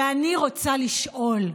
ואני רוצה לשאול: